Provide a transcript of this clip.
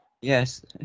Yes